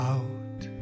Out